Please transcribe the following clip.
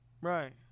Right